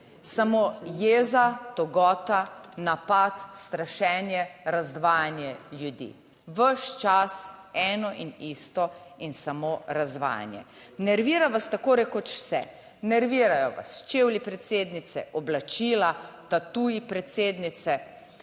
samo jeza, togota, napad, strašenje, razdvajanje ljudi, ves čas eno in isto in samo razvajanje. Nervira vas tako rekoč vse, nervirajo vas čevlji predsednice, oblačila, tatuji predsednice.